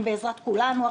הם בעזרת כולנו.